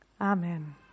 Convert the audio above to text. Amen